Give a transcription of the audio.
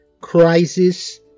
crisis